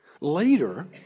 later